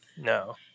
No